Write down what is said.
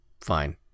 Fine